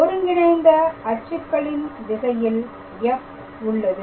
ஒருங்கிணைந்த அச்சுகளின் திசையில் f உள்ளது